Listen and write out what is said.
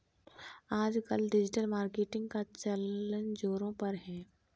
आजकल digital marketing का चलन ज़ोरों पर है